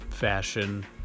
Fashion